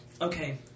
okay